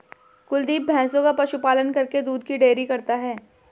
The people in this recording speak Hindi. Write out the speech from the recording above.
कुलदीप भैंसों का पशु पालन करके दूध की डेयरी करता है